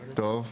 טוב.